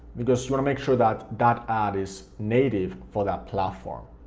because you want to make sure that that ad is native for that platform.